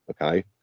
okay